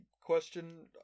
question